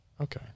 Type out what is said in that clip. Okay